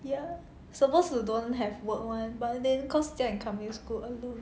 ya supposed to don't have work [one] but then cause their income is good ah I don't